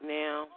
now